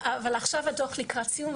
אבל עכשיו הדוח לקראת סיום,